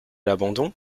l’abandon